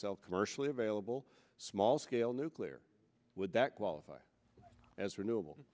sell commercially available small scale nuclear would that qualify as renew